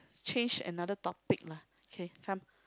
change another topic lah okay come